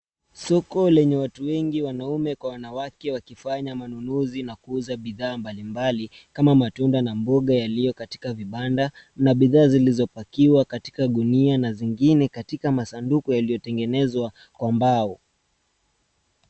Soko lenye watu wengi wanaume kwa wanawake wakifanya manunuzi na kuuza bidhaa mbalimbali kama matunda na mboga yaliyo katika vibanda na bidhaa zilizopakiwa katika gunia na zingine katika masanduku yaliyotengenezwa kwa mbao.